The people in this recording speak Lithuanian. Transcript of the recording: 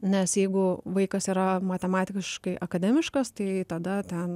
nes jeigu vaikas yra matematiškai akademiškas tai tada ten